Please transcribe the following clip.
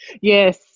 Yes